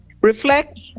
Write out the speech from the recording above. reflect